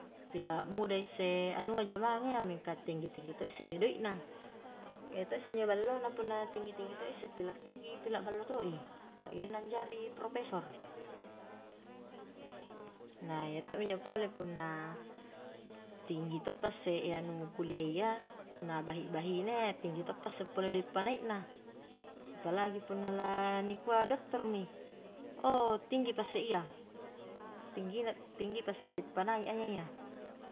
Pila muda isse anua jamaang a iya, mingka tinggi-tinggi to isse doi' na, iya to isse injo balloa punna tinggi-tinggi to isse pila tinggi pila ballo to i, saggengna anjari profesor, na iya to mi injo pole punna, tinggi toppa isse anu kuliah ya na bahi-bahine, tinggi toppa isse pole doik panaikna, apalagi punna lani kua doktor mi, ou tinggi pa isse iya, tinggina-tinggi pa isse doik panai a iyaya.